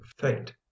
fate